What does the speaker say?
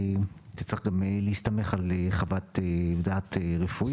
תצטרך גם להסתמך על חוות דעת רפואית.